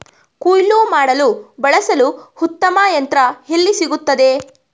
ಕುಯ್ಲು ಮಾಡಲು ಬಳಸಲು ಉತ್ತಮ ಯಂತ್ರ ಎಲ್ಲಿ ಸಿಗುತ್ತದೆ?